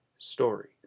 story